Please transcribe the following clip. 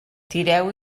tireu